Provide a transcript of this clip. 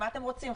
מה אתם רוצים?